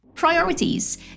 priorities